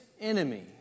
enemy